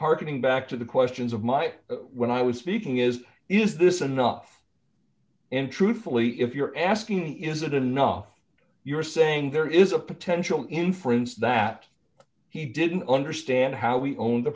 harkening back to the questions of my when i was speaking is is this enough and truthfully if you're asking is it enough you're saying there is a potential inference that he didn't understand how we own the